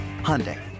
Hyundai